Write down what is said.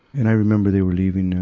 and i remember they were leaving,